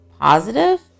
positive